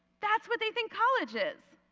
that's what they think college is.